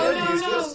no